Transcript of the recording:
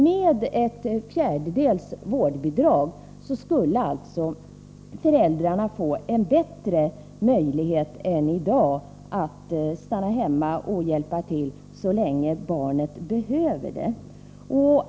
Med ett fjärdedels vårdbidrag skulle föräldrarna alltså få bättre möjlighet än i dag att stanna hemma och hjälpa till så länge barnet behöver det.